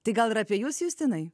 tai gal ir apie jus justinai